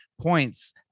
points